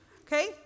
okay